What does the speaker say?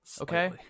Okay